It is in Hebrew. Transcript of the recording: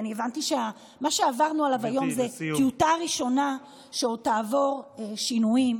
כי הבנתי שמה שעברנו עליו היום הוא טיוטה ראשונה שעוד תעבור שינויים: